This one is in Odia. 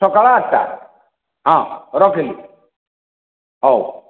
ସକାଳ ଆଠଟା ହଁ ରଖିଲି ହଉ